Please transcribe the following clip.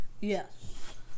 Yes